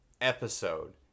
episode